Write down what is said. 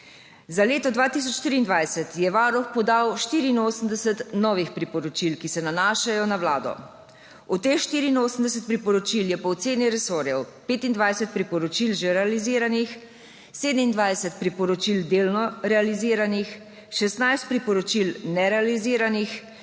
Za leto 2023 je Varuh podal 84 novih priporočil, ki se nanašajo na Vlado. Od teh 84 priporočil je po oceni resorjev, 25 priporočil že realiziranih, 27 priporočil delno realiziranih, 16 priporočil nerealiziranih,